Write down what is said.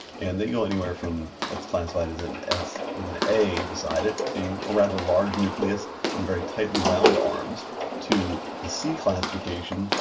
and they go anywhere from what's classified as an s with an a beside it being a rather large nucleus and very tightly wound arms to the c classification,